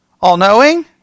All-knowing